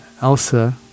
Elsa